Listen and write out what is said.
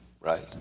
right